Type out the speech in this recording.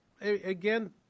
again